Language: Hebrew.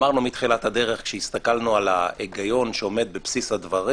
אמרנו מתחילת הדרך כשהסתכלנו על הגיון שעומד בבסיס הדברים.